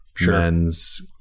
men's